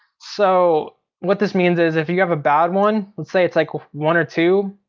so what this means is if you have a bad one, let's say it's like one or two,